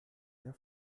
der